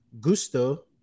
Gusto